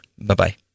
Bye-bye